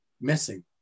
missing